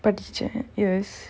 படிச்ச:padicha yes